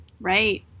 Right